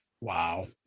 Wow